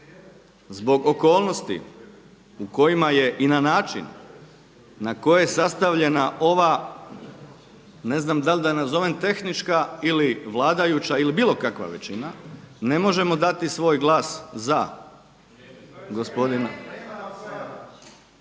zbog okolnosti u kojima je i na način na koji je sastavljena ova ne znam da li da je nazovem tehnička ili vladajuća ili bilo kakva većina ne možemo dati svoj glas za gospodina,